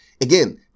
again